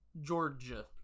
Georgia